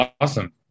Awesome